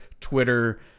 Twitter